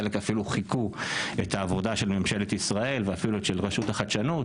חלק אפילו חיקו את העבודה של ממשלת ישראל ואפילו את של רשות החדשנות,